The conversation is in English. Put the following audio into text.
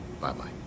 Bye-bye